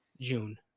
June